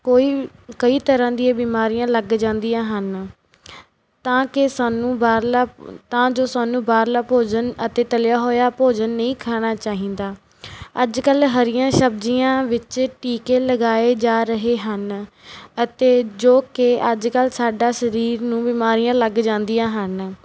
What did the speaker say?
ਕੋਈ ਕਈ ਤਰ੍ਹਾਂ ਦੀਆਂ ਬਿਮਾਰੀਆਂ ਲੱਗ ਜਾਂਦੀਆਂ ਹਨ ਤਾਂ ਕਿ ਸਾਨੂੰ ਬਾਹਰਲਾ ਤਾਂ ਜੋ ਸਾਨੂੰ ਬਾਹਰਲਾ ਭੋਜਨ ਅਤੇ ਤਲਿਆ ਹੋਇਆ ਭੋਜਨ ਨਹੀਂ ਖਾਣਾ ਚਾਹੀਦਾ ਅੱਜ ਕੱਲ੍ਹ ਹਰੀਆਂ ਸਬਜ਼ੀਆਂ ਵਿੱਚ ਟੀਕੇ ਲਗਾਏ ਜਾ ਰਹੇ ਹਨ ਅਤੇ ਜੋ ਕਿ ਅੱਜ ਕੱਲ੍ਹ ਸਾਡਾ ਸਰੀਰ ਨੂੰ ਬਿਮਾਰੀਆਂ ਲੱਗ ਜਾਂਦੀਆਂ ਹਨ